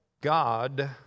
God